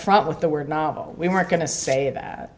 front with the word novel we weren't going to say that